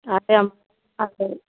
అదే